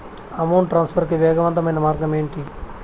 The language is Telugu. అమౌంట్ ట్రాన్స్ఫర్ కి వేగవంతమైన మార్గం ఏంటి